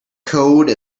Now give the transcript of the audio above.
code